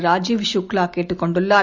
ராஜீவ் கக்வா கேட்டுக் கொண்டுள்ளார்